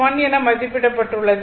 1 என மதிப்பிடப்பட்டுள்ளது